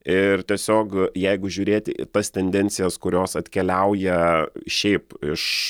ir tiesiog jeigu žiūrėti į tas tendencijas kurios atkeliauja šiaip iš